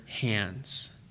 hands